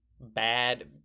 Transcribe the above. bad